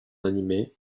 anime